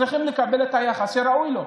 צריכים לקבל את היחס שראוי להם,